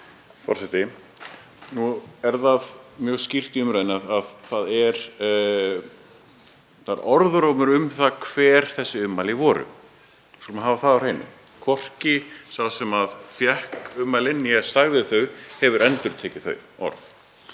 Forseti. Nú er það mjög skýrt í umræðunni að það er orðrómur um það hver þessi ummæli voru. Við skulum hafa það á hreinu. Hvorki sá sem fékk ummælin né sá sem sagði þau hefur endurtekið þau orð